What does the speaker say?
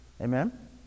Amen